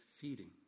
feeding